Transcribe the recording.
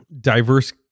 diverse